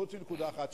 חוץ מנקודה אחת,